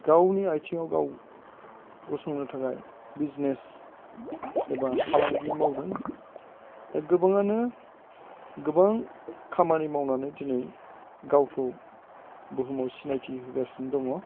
गावनि आथिङाव गाव गसंनो थाखाय बिजनेस एबा फालांगि मावदों दा गोबाङानो गोबां खामानि मावनानै दिनै गावखौ बुहुमाव सिनायथि होगासिनो दङ